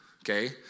okay